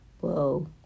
Whoa